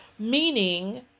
Meaning